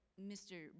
Mr